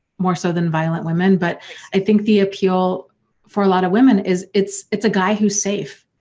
more so than violent women, but i think the appeal for a lot of women is it's it's a guy who's safe,